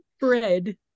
bread